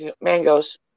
Mangoes